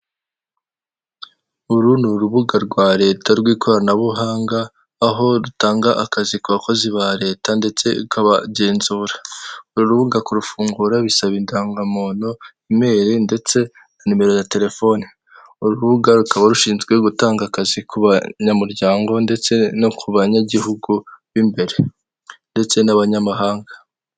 Uru ni urubuga rwa leta rw'ikoranabuhanga aho rutanga akazi ku bakozi ba leta ndetse ikabagenzura uru rubuga kurufungura bisaba indangamuntu, email ndetse na numero za telefoni uru rubuga rukaba rushinzwe gutanga akazi ku banyamuryango ndetse no ku banyagihugu b'imbere ndetse n'abanyamahanga .